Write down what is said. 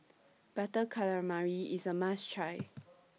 Butter Calamari IS A must Try